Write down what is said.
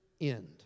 end